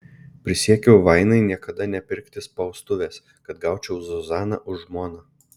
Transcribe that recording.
prisiekiau vainai niekada nepirkti spaustuvės kad gaučiau zuzaną už žmoną